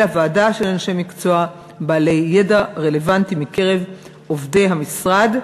אלא ועדה של אנשי מקצוע בעלי ידע רלוונטי מקרב עובדי המשרד,